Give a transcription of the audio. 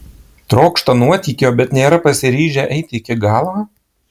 trokšta nuotykio bet nėra pasiryžę eiti iki galo